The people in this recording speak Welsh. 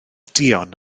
duon